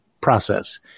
process